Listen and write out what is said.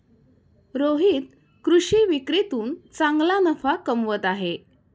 रोहित कृषी विक्रीतून चांगला नफा कमवत आहे